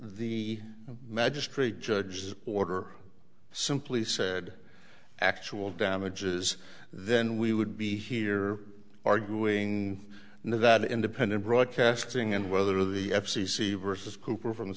the magistrate judge his order simply said actual damages then we would be here arguing that independent broadcasting and whether the f c c versus cooper from the